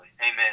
Amen